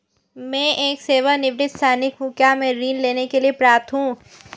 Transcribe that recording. मैं एक सेवानिवृत्त सैनिक हूँ क्या मैं ऋण लेने के लिए पात्र हूँ?